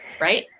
right